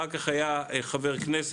אחר כך הוא היה חבר כנסת,